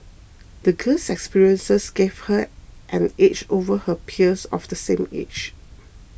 the girl's experiences gave her an edge over her peers of the same age